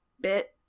bit